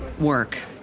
work